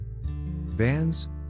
Vans